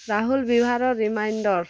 ରାହୁଲ୍ ବିବାହର ରିମାଇଣ୍ଡର୍